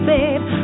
Babe